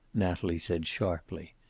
natalie said sharply.